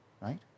right